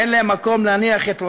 אין להם מקום להניח את ראשם.